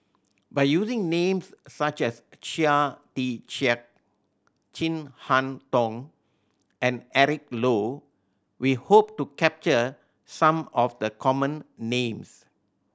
by using names such as Chia Tee Chiak Chin Harn Tong and Eric Low we hope to capture some of the common names